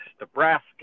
Nebraska